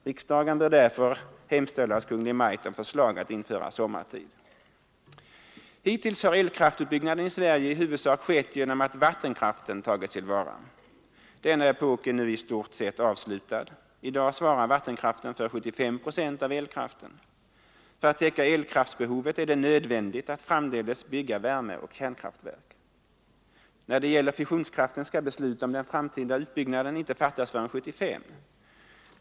Riksdagen bör därför hemställa hos Kungl. Maj:t om förslag att införa sommartid. Hittills har elkraftsutbyggnaden i Sverige i huvudsak skett genom att vattenkraften tagits till vara. Denna epok är nu i stort sett avslutad. I dag svarar vattenkraften för 75 procent av elkraften. För att täcka elkraftsbehovet är det nödvändigt att framdeles bygga värmeoch kärnkraftverk. När det gäller fissionskraften skall beslut om den framtida utbyggnaden inte fattas förrän 1975.